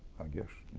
guess,